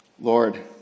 Lord